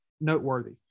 noteworthy